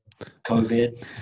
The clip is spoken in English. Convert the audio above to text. COVID